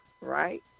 right